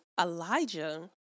Elijah